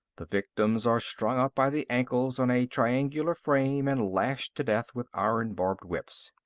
the victims are strung up by the ankles on a triangular frame and lashed to death with iron-barbed whips.